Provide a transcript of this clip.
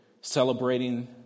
celebrating